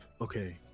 Okay